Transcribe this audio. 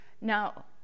Now